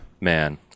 Man